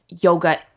yoga